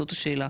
זאת השאלה.